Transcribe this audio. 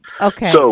Okay